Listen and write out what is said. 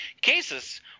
cases